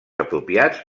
apropiats